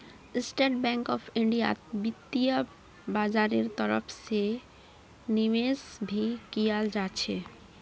state bank of इन्डियात वित्तीय बाजारेर तरफ से निवेश भी कियाल जा छे